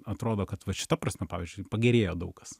atrodo kad vat šita prasme pavyzdžiui pagerėjo daug kas